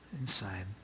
inside